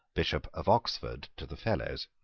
bishop of oxford, to the fellows.